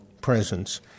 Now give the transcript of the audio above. presence